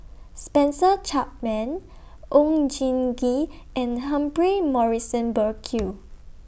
Spencer Chapman Oon Jin Gee and Humphrey Morrison Burkill